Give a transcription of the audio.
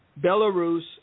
Belarus